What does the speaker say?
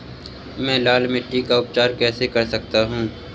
मैं लाल मिट्टी का उपचार कैसे कर सकता हूँ?